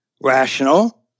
rational